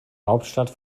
hauptstadt